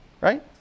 right